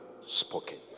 spoken